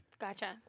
Gotcha